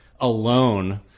alone